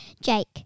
Jake